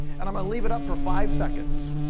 and i'm gonna leave it up for five seconds,